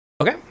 Okay